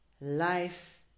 life